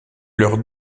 leurs